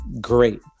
great